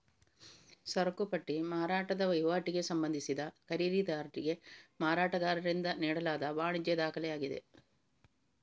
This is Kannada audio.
ಸರಕು ಪಟ್ಟಿ ಮಾರಾಟದ ವಹಿವಾಟಿಗೆ ಸಂಬಂಧಿಸಿದ ಖರೀದಿದಾರರಿಗೆ ಮಾರಾಟಗಾರರಿಂದ ನೀಡಲಾದ ವಾಣಿಜ್ಯ ದಾಖಲೆಯಾಗಿದೆ